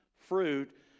fruit